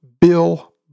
Bill